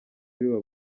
biba